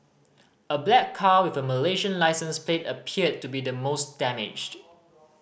a black car with a Malaysian licence plate appeared to be the most damaged